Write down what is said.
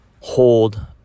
hold